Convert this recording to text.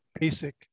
basic